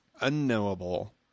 unknowable